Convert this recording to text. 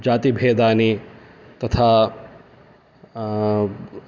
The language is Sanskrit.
जातिभेदानि तथा